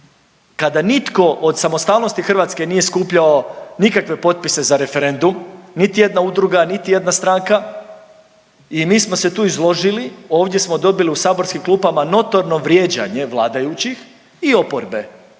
kada nitko od samostalnosti Hrvatske nije skupljao nikakve potpise za referendum, niti jedna udruga, niti jedna stranka i mi smo se tu izložili, ovdje smo dobili u saborskim klupama notorno vrijeđanje vladajućih i oporbe,